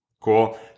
Cool